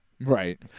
Right